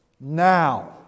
now